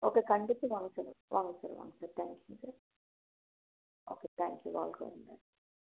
okay கண்டிப்பாக வாங்க sir வாங்க சார் வாங்க சார் தேங்க் யூங்க சார் ஓகே தேங்க் யூ வாழ்க வளமுடன்